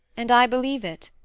and i believe it.